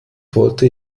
wollte